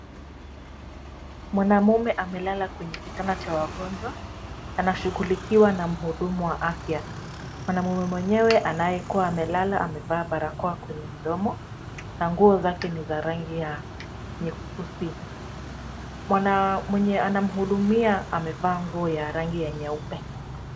Mwanaume amelala kwenye kitanda cha wagonjwa. Anashughulikiwa na mhudumu wa afya. Mwanaume mwenyewe anayekuwa amelala amevaa barakoa kwenye mdomo na nguo zake ni za rangi ya nyeusi. Mwenye anamhudumia amevaa nguo ya rangi ya nyeupe.